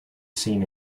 seen